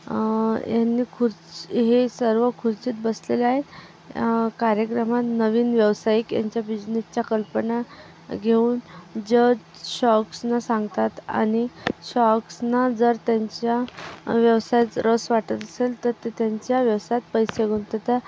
यांनी खुर हे सर्व खुर्चीत बसलेले आहेत कार्यक्रमात नवीन व्यावसायिक यांच्या बिजनेसच्या कल्पना घेऊन जज शार्क्सना सांगतात आणि शार्क्सना जर त्यांच्या व्यवसायात रस वाटत असेल तर ते त्यांच्या व्यवसायात पैसे गुंतवतात